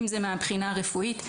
אם זה מהבחינה הרפואית.